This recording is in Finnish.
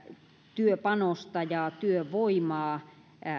työpanosta ja työvoimaa